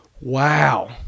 Wow